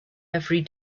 every